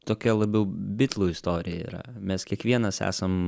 tokia labiau bitlų istorija yra mes kiekvienas esam